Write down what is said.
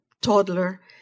toddler